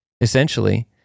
essentially